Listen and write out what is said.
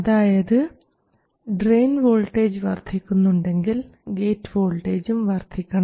അതായത് drain voltage വർദ്ധിക്കുന്നുണ്ടെങ്കിൽ gate വോൾട്ടേജും വർധിക്കണം